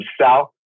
south